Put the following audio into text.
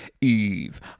Eve